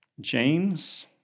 James